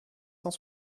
cent